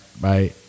Bye